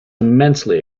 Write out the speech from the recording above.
immensely